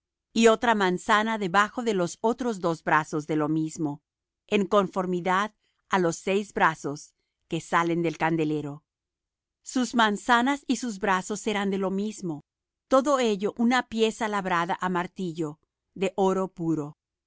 y otra manzana debajo de los otros dos brazos de lo mismo en conformidad á los seis brazos que salen del candelero sus manzanas y sus brazos serán de lo mismo todo ello una pieza labrada á martillo de oro puro